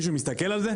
מישהו מסתכל על זה?